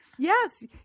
Yes